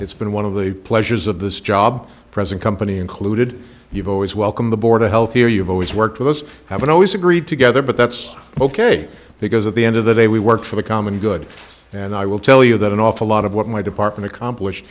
it's been one of the pleasures of this job present company included you've always welcomed the board a healthier you've always worked with us haven't always agreed together but that's ok because at the end of the day we work for the common good and i will tell you that an awful lot of what my department accomplish